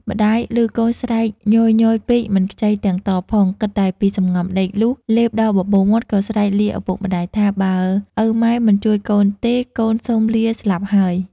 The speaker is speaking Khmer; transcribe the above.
ម្ដាយឮកូនស្រែកញយៗពេកមិនខ្ចីទាំងតបផង គិតតែពីសង្ងំដេក លុះលេបដល់បបូរមាត់ក៏ស្រែកលា ឪពុកម្ដាយថា “បើឪម៉ែមិនជួយកូនទេ កូនសូមលាស្លាប់ហើយ” ។